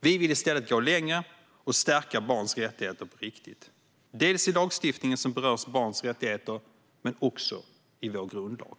Vi vill i stället gå längre och stärka barns rättigheter på riktigt, inte bara i den lagstiftning som berör barns rättigheter utan även i vår grundlag.